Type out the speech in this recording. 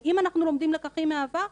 ואם אנחנו לומדים לקחים מהעבר,